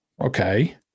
Okay